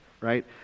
right